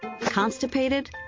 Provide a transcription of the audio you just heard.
Constipated